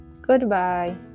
Goodbye